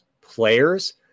players